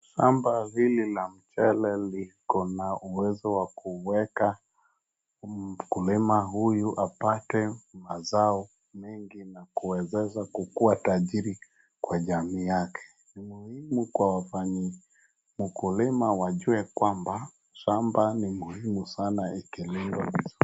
Shamba hili la mchele likona uwezo wa kuweka mkulima huyu apate mazao mengi na kumwezesha kukuwa tajiri kwa jamii yake, ni muhimu kwa wafanyi ukulima wajue kwamba, shamba ni muhimu sana ikilindwa vizuri.